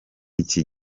iki